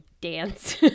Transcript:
dance